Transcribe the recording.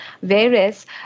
whereas